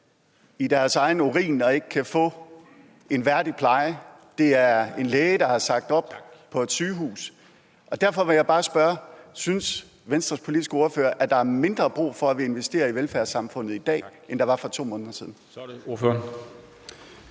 i deres egen urin og ikke kan få en værdig pleje; at det er en læge, der har sagt op på et sygehus. Derfor vil jeg bare spørge: Synes Venstres politiske ordfører, at der er mindre brug for, at vi investerer i velfærdssamfundet i dag, end der var for 2 måneder siden?